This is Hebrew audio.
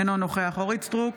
אינו נוכח אורית מלכה סטרוק,